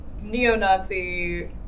neo-Nazi